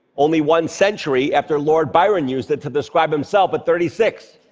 only one century after lord byron used it to describe himself at thirty six.